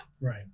Right